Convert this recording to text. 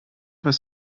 was